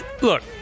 look